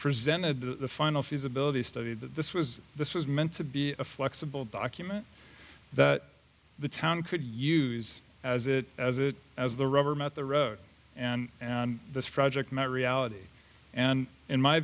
presented the final feasibility study that this was this was meant to be a flexible document that the town could use as it as it was the rubber met the road and and this project met reality and in my